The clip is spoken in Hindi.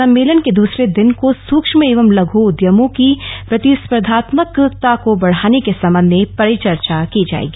सम्मेलन के दूसरे दिन को सूक्ष्म एवं लघू उद्यमों की प्रतिस्पर्धात्मकता को बढ़ाने के संबंध में परिचर्चा की जाएगी